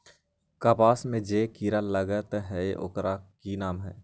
कपास में जे किरा लागत है ओकर कि नाम है?